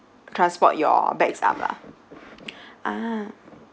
transport your bags up lah ah